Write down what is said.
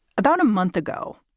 about a month ago,